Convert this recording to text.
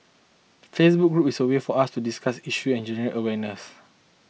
the Facebook group is a way for us to discuss issues and generate awareness